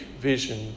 vision